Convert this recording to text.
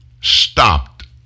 stopped